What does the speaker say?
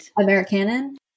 American